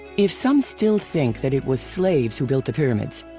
if some still think that it was slaves who built the pyramids,